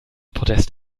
protest